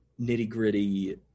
nitty-gritty